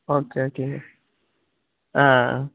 okay ஓகேங்க ஆ